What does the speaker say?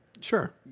sure